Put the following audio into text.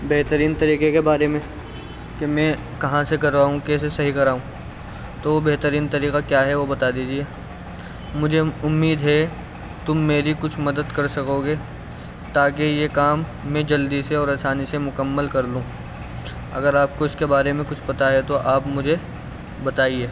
بہترین طریقے کے بارے میں کہ میں کہاں سے کراؤں کیسے صحیح کراؤں تو وہ بہترین طریقہ کیا ہے وہ بتا دیجیے مجھے اُمّید ہے تم میری کچھ مدد کر سکو گے تا کہ یہ کام میں جلدی سے اور آسانی سے مکمل کر لوں اگر آپ کو اس کے بارے میں کچھ پتا ہے تو آپ مجھے بتائیے